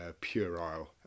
puerile